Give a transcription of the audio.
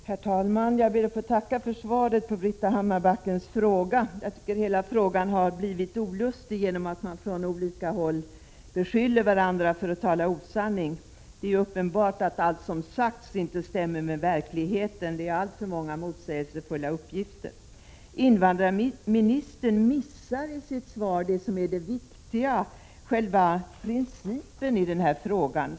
Herr talman! Jag ber att få tacka för svaret på Britta Hammarbackens fråga. Hela frågan har blivit olustig genom att man från olika håll beskyller varandra för att tala osanning. Det är uppenbart att allt som sagts inte stämmer med verkligheten. Det är alltför många motsägelsefulla uppgifter. Invandrarministern missar i sitt svar det som är det viktiga, själva principen, i denna fråga.